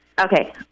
Okay